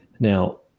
now